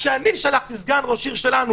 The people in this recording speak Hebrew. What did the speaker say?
כשאני שלחתי סגן ראש עיר שלנו